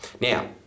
Now